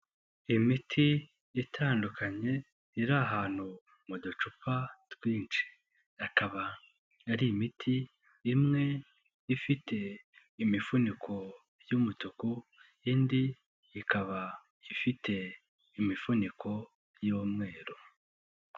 Imiti itandukanye iri ahantu mu ducupa twinshi, akaba ari imiti imwe ifite imifuniko y'umutuku, indi ikaba ifite imifuniko y'umweru.